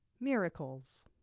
Miracles